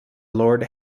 lord